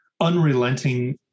unrelenting